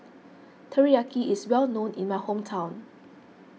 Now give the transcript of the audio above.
Teriyaki is well known in my hometown